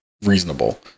reasonable